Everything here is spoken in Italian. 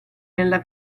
nella